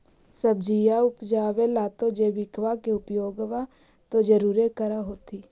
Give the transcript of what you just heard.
सब्जिया उपजाबे ला तो जैबिकबा के उपयोग्बा तो जरुरे कर होथिं?